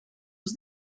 sus